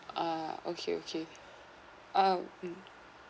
ah okay okay uh um